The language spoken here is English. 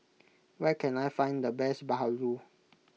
where can I find the best Bahulu